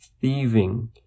thieving